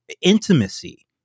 intimacy